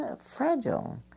fragile